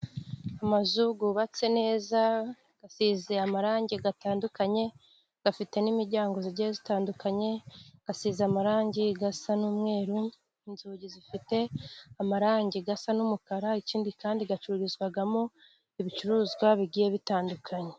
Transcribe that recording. Amazu yubatse neza asize amarangi atandukanye, afite n'imiryango igiye zitandukanye, asize amarangi asa n'umweru inzugi zifite amarangi asa n'umukara, ikindi kandi acururizwamo ibicuruzwa bigiye bitandukanye.